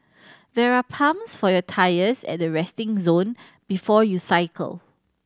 there are pumps for your tyres at the resting zone before you cycle